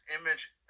image